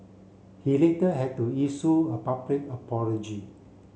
he later had to issue a public apology